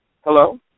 hello